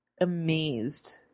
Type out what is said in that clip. amazed